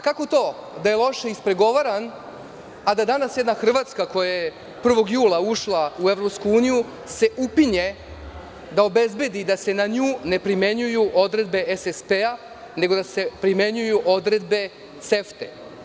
Kako to da je loše ispregovaran, a da danas jedna Hrvatska, koja je 1. jula ušla u EU, se upinje da obezbedi da se na nju ne primenjuju odredbe SSP, nego da se primenjuju odredbe CEFTA.